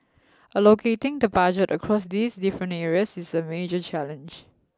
allocating the Budget across these different areas is a major challenge